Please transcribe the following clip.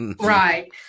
Right